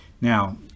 Now